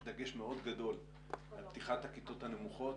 יש דגש מאוד גדול על פתיחת הכיתות הנמוכות,